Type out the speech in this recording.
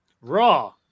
raw